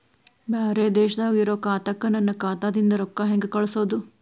ಬ್ಯಾರೆ ದೇಶದಾಗ ಇರೋ ಖಾತಾಕ್ಕ ನನ್ನ ಖಾತಾದಿಂದ ರೊಕ್ಕ ಹೆಂಗ್ ಕಳಸೋದು?